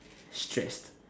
stressed